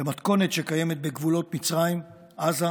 במתכונת שקיימת בגבולות מצרים ועזה,